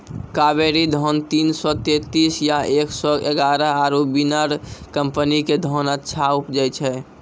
कावेरी धान तीन सौ तेंतीस या एक सौ एगारह आरु बिनर कम्पनी के धान अच्छा उपजै छै?